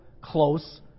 close